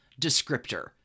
descriptor